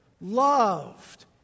loved